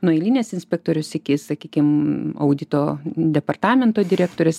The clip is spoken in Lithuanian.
nuo eilinės inspektorės iki sakykim audito departamento direktorės